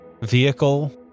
Vehicle